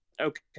Okay